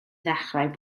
ddechrau